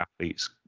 athletes